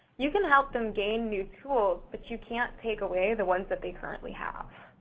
you can help them gain new tools, but you can't take away the ones that they currently have.